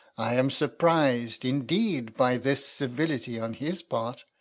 i am surprised, indeed, by this civility on his part.